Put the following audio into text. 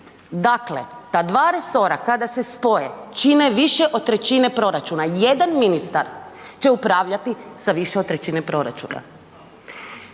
Dakle, ta dva resora kada se spoje čine više od trećine proračuna. Jedan ministar će upravljati sa više od trećine proračuna.